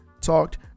talked